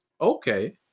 okay